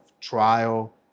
trial